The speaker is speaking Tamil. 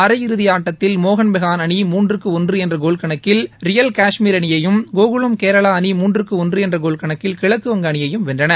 அரை இறுதி ஆட்டத்தில் மோகன் பெஹான் அணி மூன்றுக்கு ஒன்று என்ற கோல் கணக்கில் ரீயல் கஷ்மீர் அணியையும் கோகுலம் கேரளா அணி மூன்றுக்கு ஒன்று என்ற கோல் கணக்கில் கிழக்கு வங்க அணியையும் வென்றன